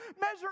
measure